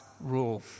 rule